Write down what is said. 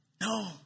No